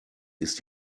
ist